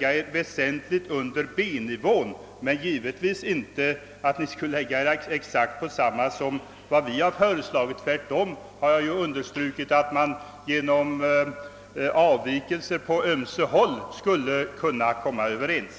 gå väsentligt under B-nivån men givetvis inte att ni skulle lägga er på exakt sam ma nivå som den vi föreslagit. Tvärtom har jag understrukit att man genom avvikelser på ömse håll skulle kunna komma Överens.